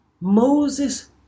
Moses